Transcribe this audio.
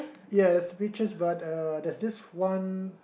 yes which is but uh there's this one